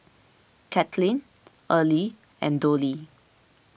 Katlyn Erle and Dollie